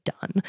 done